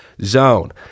zone